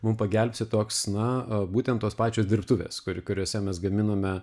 mum pagelbsti toks na a būtent tos pačios dirbtuvės kuri kuriose mes gaminome